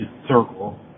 circle